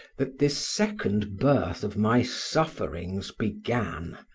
that this second birth of my sufferings began,